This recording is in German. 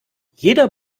jeder